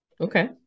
Okay